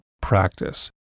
practice